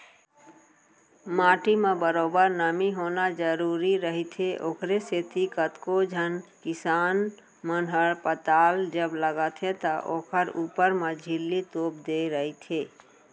माटी म बरोबर नमी होना जरुरी रहिथे, ओखरे सेती कतको झन किसान मन ह पताल जब लगाथे त ओखर ऊपर म झिल्ली तोप देय रहिथे